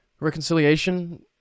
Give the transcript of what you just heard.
reconciliation